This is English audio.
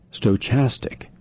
stochastic